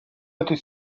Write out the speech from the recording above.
этой